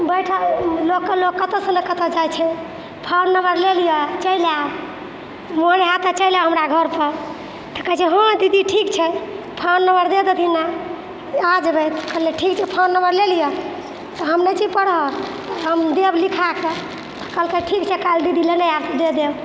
बैठ लोकके लोक कतऽसँ ने कतऽ जाइ छै फोन नम्बर लै लिअ चलि आएब मोन हैत तऽ चलि आएब हमरा घर पर तऽ कहै छै हँ दीदी ठीक छै फोन नम्बर दै देथिन ने आओर जेबै कलहे ठीक छै फोन नम्बर लै लिअ तऽ हम नहि छी पढ़ल हम देब लिखाकऽ तऽ कहलकै ठीक छै काल्हि दीदी लेने आएब दऽ देब